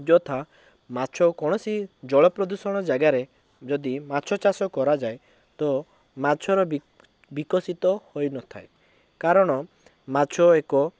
ଯଥା ମାଛ କୌଣସି ଜଳ ପ୍ରଦୂଷଣ ଜାଗାରେ ଯଦି ମାଛ ଚାଷ କରାଯାଏ ତ ମାଛର ବି ବିକଶିତ ହୋଇନଥାଏ କାରଣ ମାଛ ଏକ